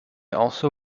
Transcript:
also